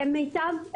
מיטב שנותיהן,